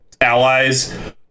allies